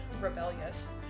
rebellious